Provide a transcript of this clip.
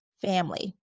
Family